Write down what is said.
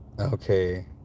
Okay